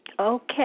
Okay